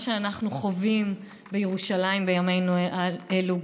שאנחנו חווים בירושלים גם בימינו אלו.